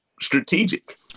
strategic